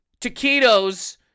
taquitos